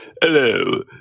Hello